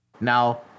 Now